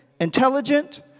intelligent